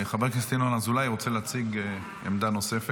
חבר הכנסת ינון אזולאי רוצה להציג עמדה נוספת.